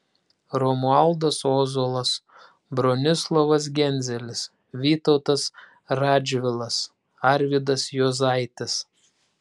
romualdas ozolas bronislovas genzelis vytautas radžvilas arvydas juozaitis